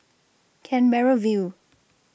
Canberra View